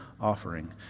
offering